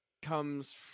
comes